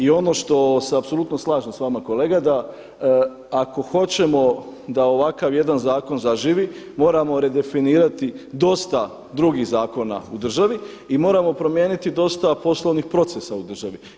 I ono što se apsolutno slažem s vama kolega da ako hoćemo da ovakav jedan zakon zaživi, moramo redefinirati dosta drugih zakona u državi i moramo promijeniti dosta poslovnih procesa u državi.